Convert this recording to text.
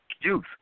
Youth